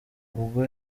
ubwo